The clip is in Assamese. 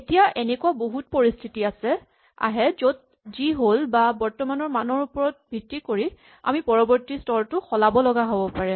এতিয়া এনেকুৱা বহুত পৰিস্হিতি আহে য'ত যি হ'ল বা বৰ্তমানৰ মানৰ ওপৰত ভিত্তি কৰি আমি পৰৱৰ্তী স্তৰটো সলাব লগা হ'ব পাৰে